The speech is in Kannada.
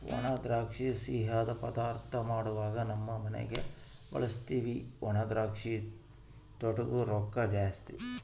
ಒಣದ್ರಾಕ್ಷಿನ ಸಿಯ್ಯುದ್ ಪದಾರ್ಥ ಮಾಡ್ವಾಗ ನಮ್ ಮನ್ಯಗ ಬಳುಸ್ತೀವಿ ಒಣದ್ರಾಕ್ಷಿ ತೊಟೂಗ್ ರೊಕ್ಕ ಜಾಸ್ತಿ